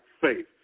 faith